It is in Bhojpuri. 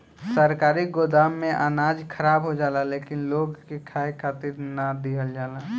सरकारी गोदाम में अनाज खराब हो जाला लेकिन लोग के खाए खातिर ना दिहल जाला